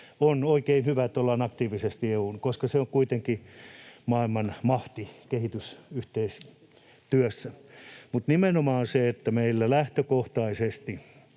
on oikein hyvä, että ollaan aktiivisesti EU:ssa, koska se on kuitenkin maailmanmahti kehitysyhteistyössä. Nimenomaan niin, että meillä ei lähtökohtaisesti